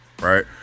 right